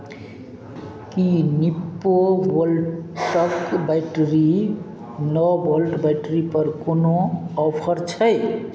की Nippo वोल्टक battery नओ volt बैटरीपर कोनो ऑफर छै